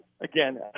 again